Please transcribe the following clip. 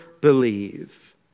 believe